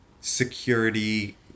security